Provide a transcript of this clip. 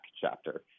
chapter